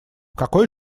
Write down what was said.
какой